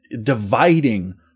dividing